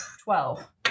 Twelve